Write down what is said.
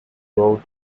road